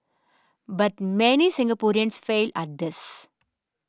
but many Singaporeans fail at this